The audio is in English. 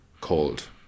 called